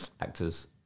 actors